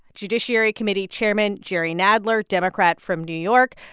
judiciary committee chairman jerry nadler, democrat from new york,